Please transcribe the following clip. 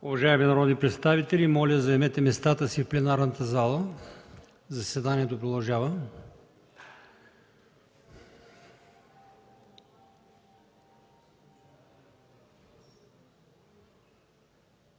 Уважаеми народни представители, моля да заемете местата си в пленарната зала. Заседанието продължава.